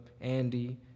Andy